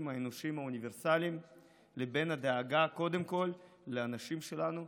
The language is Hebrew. האנושיים האוניברסליים לבין הדאגה קודם כול לאנשים שלנו,